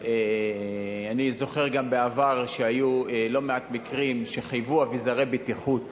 אני זוכר גם בעבר שהיו לא מעט מקרים שחייבו אביזרי בטיחות